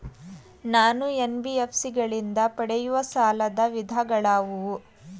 ನಾನು ಎನ್.ಬಿ.ಎಫ್.ಸಿ ಗಳಿಂದ ಪಡೆಯುವ ಸಾಲದ ವಿಧಗಳಾವುವು?